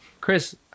Chris